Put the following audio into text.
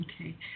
okay